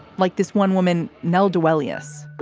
like this one woman, nelda williams